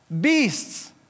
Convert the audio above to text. beasts